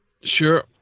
Sure